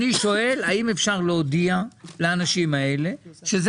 אני שואל האם אפשר להודיע לאנשים האלה שזה